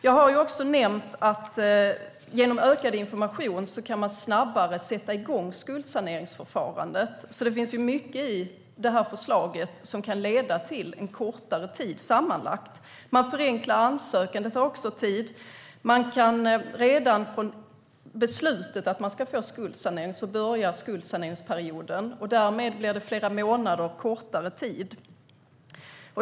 Jag har också nämnt att man genom ökad information kan sätta igång skuldsaneringsförfarandet snabbare. Det finns alltså mycket i detta förslag som sammanlagt kan leda till en kortare tid. Ett förenklat ansökande sparar också tid. Redan i och med beslutet att man ska få skuldsanering börjar skuldsaneringsperioden. Därmed blir det flera månader kortare tid.